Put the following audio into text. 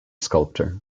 sculptor